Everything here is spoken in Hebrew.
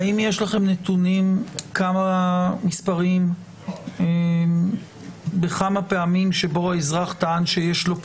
האם יש לכם נתונים מספריים בכמה פעמים שבהם האזרח טען שיש לו פטור,